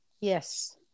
yes